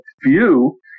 view